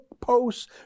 posts